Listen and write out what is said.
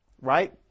right